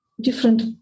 different